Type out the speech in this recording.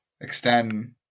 extend